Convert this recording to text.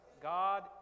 God